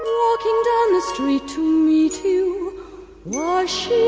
walking down the street to me to wash